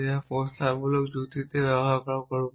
যা আমরা প্রস্তাবনামূলক যুক্তিতে ব্যবহার করব